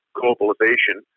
globalization